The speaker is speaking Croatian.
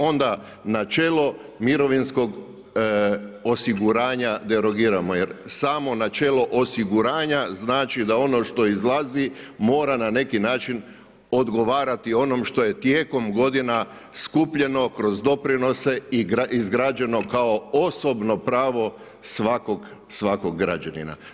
Onda načelo mirovinskog osiguranja derogiramo jer samo načelo osiguranja znači da ono što izlazi mora na neki način odgovarati onom što je tijekom godina skupljeno kroz doprinose i izgrađeno kao osobno pravo svakog građanina.